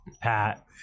Pat